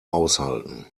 aushalten